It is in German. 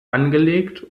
angelegt